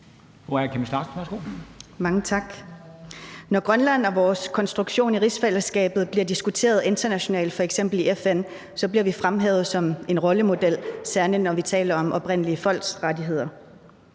Når Grønland og vores konstruktion med rigsfællesskabet bliver diskuteret internationalt, f.eks. i FN, så bliver vi fremhævet som en rollemodel, særlig når vi taler om oprindelige folks rettigheder.